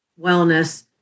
wellness